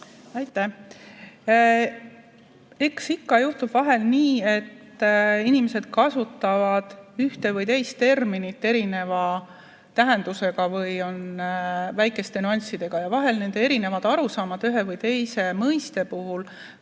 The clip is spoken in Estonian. Aitäh! Eks ikka juhtub vahel nii, et inimesed kasutavad ühte või teist terminit erineva tähendusega või erinevate nüanssidega, ja vahel võivad nende erinevad arusaamad ühe või teise mõiste puhul